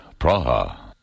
Praha. ( </